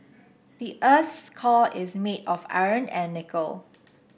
the earth's core is made of iron and nickel